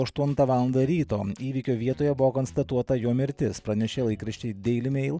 aštuntą valandą ryto įvykio vietoje buvo konstatuota jo mirtis pranešė laikraščiai deili meil